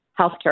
healthcare